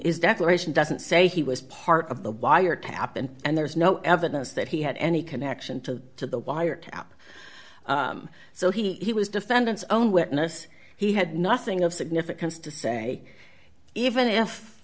is declaration doesn't say he was part of the wiretap and and there's no evidence that he had any connection to the wiretap so he was defendant's own witness he had nothing of significance to say even if